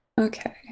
okay